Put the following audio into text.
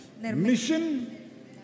Mission